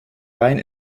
rein